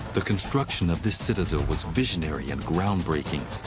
the construction of this citadel was visionary and groundbreaking.